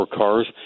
cars